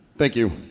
thank you.